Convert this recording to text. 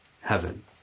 heaven